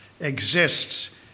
exists